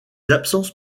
absences